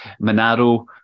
Monaro